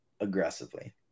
aggressively